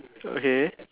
okay